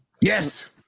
yes